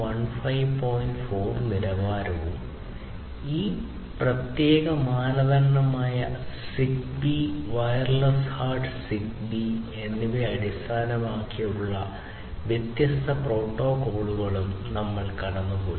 4 നിലവാരവും ഈ പ്രത്യേക മാനദണ്ഡമായ ZigBee വയർലെസ് ഹാർട്ട് ZigBee എന്നിവയെ അടിസ്ഥാനമാക്കിയുള്ള വ്യത്യസ്ത പ്രോട്ടോക്കോളുകളും നമ്മൾ കടന്നുപോയി